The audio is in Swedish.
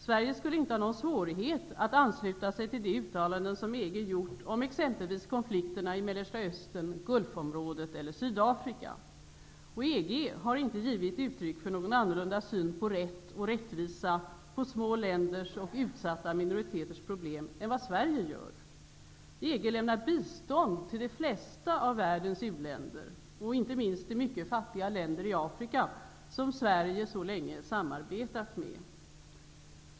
Sverige skulle inte ha någon svårighet att ansluta sig till de uttalanden som EG har gjort om t.ex. konflikterna i Mellersta Östern, Gulfområdet eller Sydafrika. EG har inte givit uttryck för någon annan syn på rätt och rättvisa beträffande små länders och utsatta minoriteters problem än vad Sverige gör. EG lämnar bistånd till de flesta av världens u-länder, inte minst till mycket fattiga länder i Afrika, som Sverige så länge har samarbetat med.